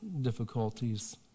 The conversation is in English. difficulties